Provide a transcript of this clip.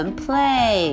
play